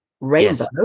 rainbow